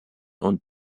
und